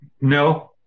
No